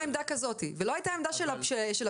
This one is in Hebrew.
עמדה כזאת ולא היתה העמדה של הפסיקה,